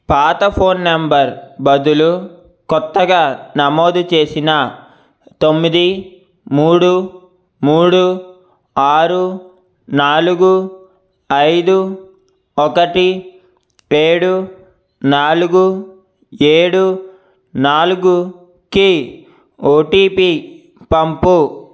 పాత phone number బదులు కొత్తగా నమోదు చేసిన తొమ్మిది మూడు మూడు ఆరు నాలుగు ఐదు ఒకటి ఏడు నాలుగు ఏడు నాలుగు కి ఓటీపీ పంపు